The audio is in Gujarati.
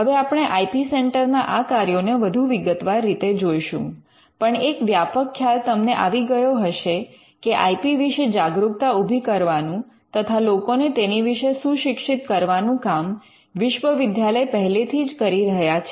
હવે આપણે આઇ પી સેન્ટર ના આ કાર્યોને વધુ વિગતવાર રીતે જઈશું પણ એક વ્યાપક ખ્યાલ તમને આવી ગયો હશે કે આઇ પી વિશે જાગરૂકતા ઉભી કરવાનું તથા લોકોને તેની વિશે સુશિક્ષિત કરવાનું કામ વિશ્વવિદ્યાલય પહેલીથી કરી જ રહ્યા છે